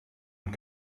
und